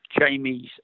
Jamie's